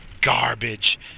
garbage